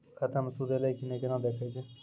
खाता मे सूद एलय की ने कोना देखय छै?